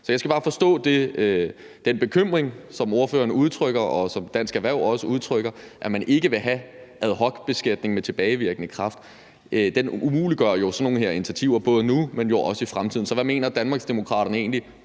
Så jeg skal bare forstå den bekymring, som ordføreren udtrykker, og som Dansk Erhverv også udtrykker, om, at man ikke vil have ad hoc-beskatning med tilbagevirkende kraft. Det umuliggør jo sådan nogle initiativer her både nu, men også i fremtiden. Så hvad mener Danmarksdemokraterne egentlig: